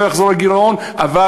שלא